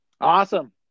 Awesome